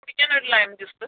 കുടിക്കാൻ ഒരു lime juice